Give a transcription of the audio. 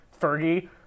Fergie